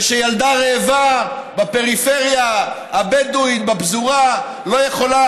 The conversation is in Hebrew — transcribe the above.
ושילדה רעבה בפריפריה הבדואית בפזורה לא יכולה